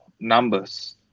Numbers